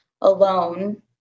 alone